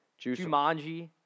Jumanji